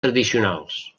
tradicionals